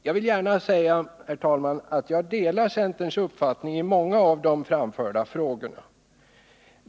Jag vill gärna säga, herr talman, att jag delar centerns där framförda uppfattning i många av de frågorna.